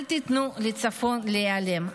אל תיתנו לצפון להיעלם.